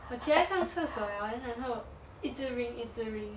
我起来上厕所 liao then 然后一直 ring 一直 ring